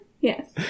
Yes